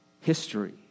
history